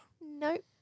Nope